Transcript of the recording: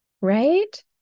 right